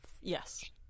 Yes